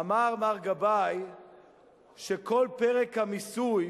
אמר מר גבאי שכל פרק המיסוי